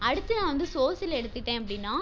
அடுத்து நான் வந்து சோசியலை எடுத்துக்கிட்டேன் அப்படின்னா